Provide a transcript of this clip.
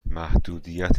محدودیت